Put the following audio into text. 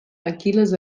aquil·les